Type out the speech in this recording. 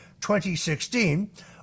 2016